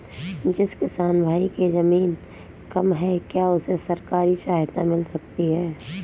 जिस किसान भाई के ज़मीन कम है क्या उसे सरकारी सहायता मिल सकती है?